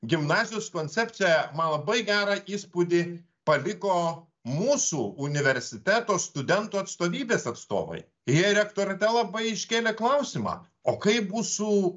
gimnazijos koncepciją man labai gerą įspūdį paliko mūsų universiteto studentų atstovybės atstovai jie rektorate labai iškėlė klausimą o kaip bus su